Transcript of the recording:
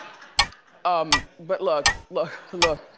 um but look, look, look.